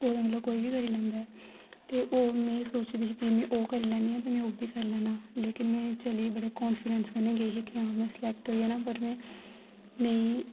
ओह् ते मतलब कोई बी करी लैंदा ऐ ओह् ते में ओह् सोचदी ही कि में ओह् करी लैन्नी आं ते मैं ओह् बी करी लैना लेकिन में चली बड़े कान्फीडेंस कन्नै गेई ही कि हां में सेलेक्ट होई जाना पर में नेईं